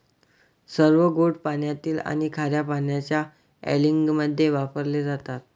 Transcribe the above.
सर्व गोड पाण्यातील आणि खार्या पाण्याच्या अँलिंगमध्ये वापरले जातात